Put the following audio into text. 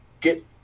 get